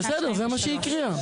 נו, בסדר, זה מה שהיא הקריאה.